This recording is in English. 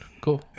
Cool